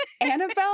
Annabelle